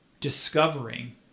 discovering